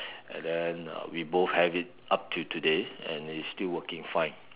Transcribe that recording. and then um we both have it up to today and is still working fine